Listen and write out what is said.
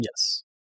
Yes